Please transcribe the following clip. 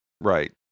Right